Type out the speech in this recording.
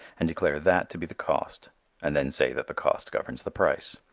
and declare that to be the cost and then say that the cost governs the price.